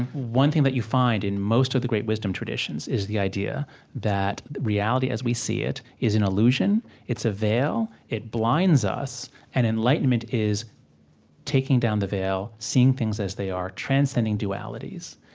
one thing that but you find in most of the great wisdom traditions is the idea that reality as we see it is an illusion. it's a veil, it blinds us, and enlightenment is taking down the veil, seeing things as they are, transcending dualities.